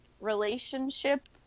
relationship